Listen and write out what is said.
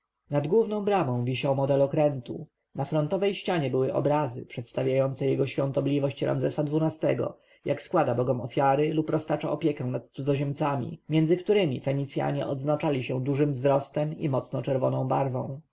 nad główną bramą wisiał model okrętu na frontowej ścianie były obrazy przedstawiające jego świątobliwość ramzesa xii-go jak składa bogom ofiary lub roztacza opiekę nad cudzoziemcami między którymi fenicjanie odznaczali się dużym wzrostem i mocno czerwoną barwą